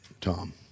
Tom